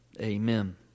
Amen